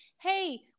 hey